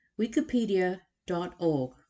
wikipedia.org